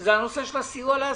שזה הנושא של הסיוע לעסקים.